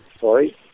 sorry